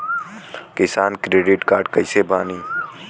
किसान credit card कइसे बानी?